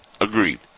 Agreed